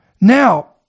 Now